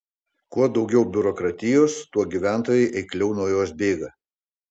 kuo daugiau biurokratijos tuo gyventojai eikliau nuo jos bėga